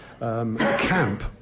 Camp